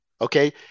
Okay